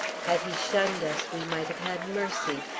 had he shunned us we might have had mercy,